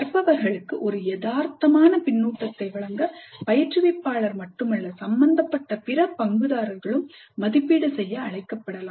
கற்பவர்களுக்கு ஒரு யதார்த்தமான பின்னூட்டத்தை வழங்க பயிற்றுவிப்பாளர் மட்டுமல்ல சம்பந்தப்பட்ட பிற பங்குதாரர்களும் மதிப்பீடு செய்ய அழைக்கப்படலாம்